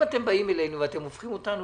אם אתם באים אלינו ואתם הופכים אותנו